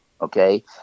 Okay